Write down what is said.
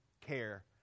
care